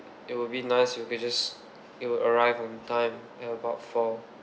it will be nice if you could just it will arrive on time at about four